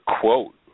quote